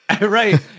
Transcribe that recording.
Right